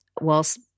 whilst